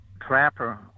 Trapper